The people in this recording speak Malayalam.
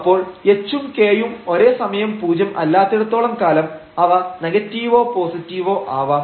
അപ്പോൾ h ഉം k യും ഒരേസമയം പൂജ്യം അല്ലാത്തിടത്തോളം കാലം അവ നെഗറ്റീവോ പോസിറ്റീവോ ആവാം